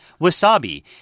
wasabi